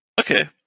Okay